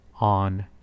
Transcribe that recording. on